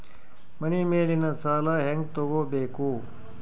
ಮನಿ ಮೇಲಿನ ಸಾಲ ಹ್ಯಾಂಗ್ ತಗೋಬೇಕು?